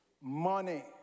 money